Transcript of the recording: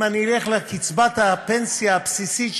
אם אני אלך לפי קצבת הפנסיה הבסיסית,